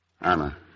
Anna